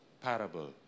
parable